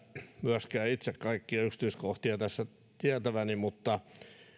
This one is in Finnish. myöskään itse kaikkia yksityiskohtia tässä tietäväni mutta